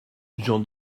j’en